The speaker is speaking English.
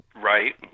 Right